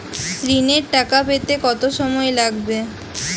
ঋণের টাকা পেতে কত সময় লাগবে?